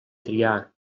triar